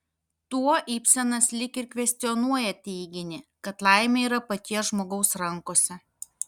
tuo ibsenas lyg ir kvestionuoja teiginį kad laimė yra paties žmogaus rankose